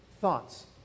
thoughts